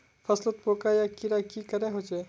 फसलोत पोका या कीड़ा की करे होचे?